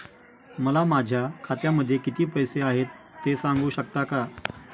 मला माझ्या खात्यामध्ये किती पैसे आहेत ते सांगू शकता का?